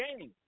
game